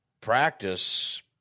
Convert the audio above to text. practice